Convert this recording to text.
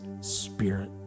Spirit